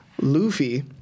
Luffy